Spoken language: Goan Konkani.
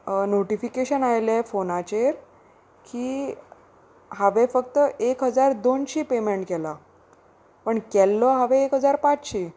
नोटिफिकेशन आयलें फोनाचेर की हांवें फक्त एक हजार दोनशीं पेमेंट केला पण केल्लो हांवें एक हजार पांचशीं